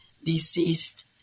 deceased